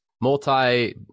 multi